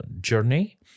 journey